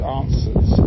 answers